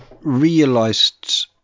realized